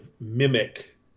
mimic